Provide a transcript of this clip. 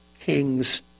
kings